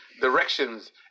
directions